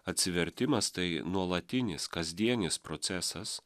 atsivertimas tai nuolatinis kasdienis procesas